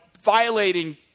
violating